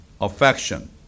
affection